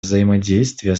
взаимодействие